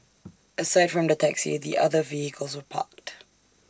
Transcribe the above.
aside from the taxi the other vehicles were parked